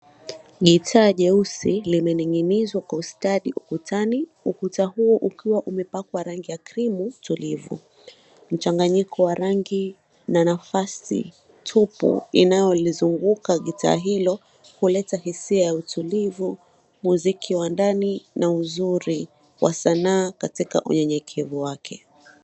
Gitaa jeusi limening'inizwa kwa ustadi ukutani. Ukuta huu ukiwa umepakwa rangi ya krimu tulivu. Mchanganyiko wa rangi na nafasi tupu, inayolizunguka gitaa hilo, huleta hisia ya utulivu, muziki wa ndani na uzuri wa sanaa katika unyenyekevu wake.